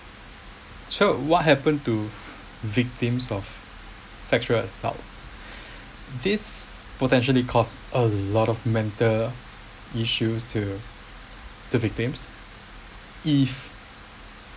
so what happen to victims of sexual assaults this potentially cause a lot of mental issues to the victims if